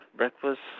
Breakfast